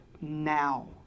now